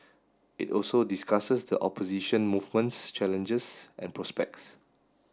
it also discusses the opposition movement's challenges and prospects